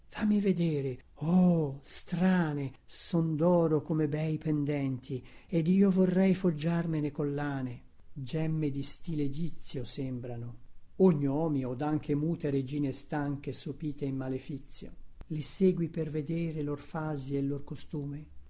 fammi vedere oh strane son doro come bei pendenti ed io vorrei foggiarmene collane gemme di stile egizio sembrano o gnomi od anche mute regine stanche sopite in malefizio le segui per vedere lor fasi e lor costume